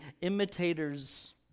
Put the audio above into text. imitators